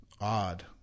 odd